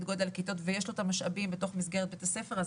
גודל הכיתות ויש לו משאבים במסגרת בית הספר.